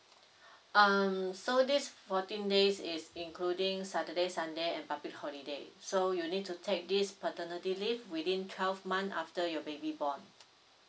um so this fourteen days is including saturday sunday and public holiday so you need to take this paternity leave within twelve month after your baby born